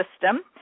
system